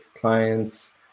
clients